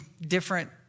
different